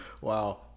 Wow